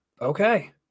Okay